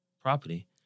property